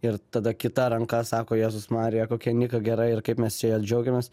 ir tada kita ranka sako jėzus marija kokia nicka gera ir kaip mes čia ja džiaugiamės